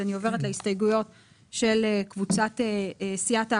אני עוברת להסתייגויות של סיעת העבודה.